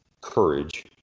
courage